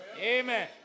Amen